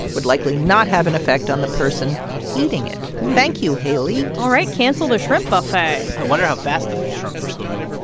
would likely not have an effect on the person eating it. thank you, haley all right. cancel the shrimp buffet i wonder how fast the shrimp were swimming?